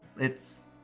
it's.